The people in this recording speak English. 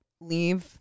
leave